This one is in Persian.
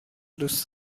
دوست